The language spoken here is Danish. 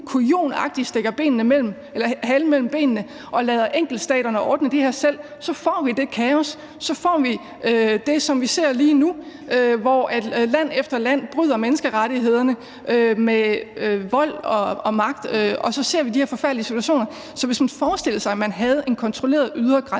kujonagtigt stikker halen mellem benene og lader de enkelte stater ordne det her selv, så får vi ikke det kaos. Så får vi ikke det, som vi ser lige nu, hvor land efter land bryder menneskerettighederne med vold og magt, og hvor vi ser de her forfærdelige situationer. Så man kunne forestille sig, at man havde en kontrolleret ydre grænse,